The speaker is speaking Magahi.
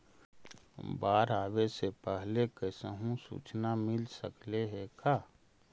बाढ़ आवे से पहले कैसहु सुचना मिल सकले हे का?